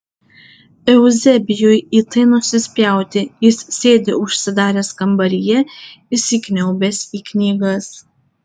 euzebijui į tai nusispjauti jis sėdi užsidaręs kambaryje įsikniaubęs į knygas